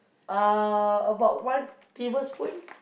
uh about one table spoon